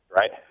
right